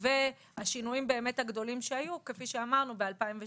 והשינויים הגדולים שהיו כפי שאמרנו ב-2017